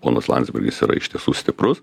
ponas landsbergis yra iš tiesų stiprus